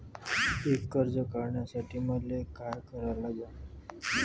पिक कर्ज काढासाठी मले का करा लागन?